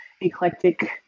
eclectic